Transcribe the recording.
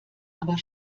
aber